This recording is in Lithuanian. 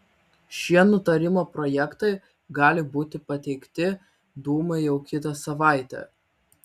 šie nutarimo projektai gali būti pateikti dūmai jau kitą savaitę